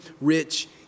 rich